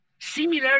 Similar